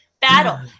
Battle